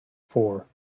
four